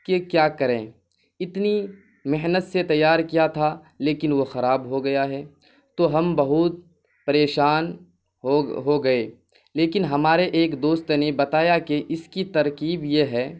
کہ کیا کریں اتنی محنت سے تیار کیا تھا لیکن وہ خراب ہو گیا ہے تو ہم بہت پریشان ہو ہو گئے لیکن ہمارے ایک دوست نے بتایا کہ اس کی ترکیب یہ ہے